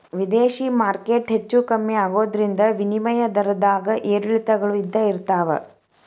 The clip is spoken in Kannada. ವಿದೇಶಿ ಮಾರ್ಕೆಟ್ ಹೆಚ್ಚೂ ಕಮ್ಮಿ ಆಗೋದ್ರಿಂದ ವಿನಿಮಯ ದರದ್ದಾಗ ಏರಿಳಿತಗಳು ಇದ್ದ ಇರ್ತಾವ